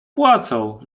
płacą